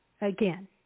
again